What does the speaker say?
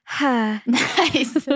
Nice